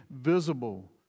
visible